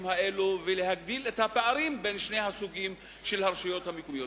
האלה ולהגדיל את הפערים בין שני הסוגים של הרשויות המקומיות?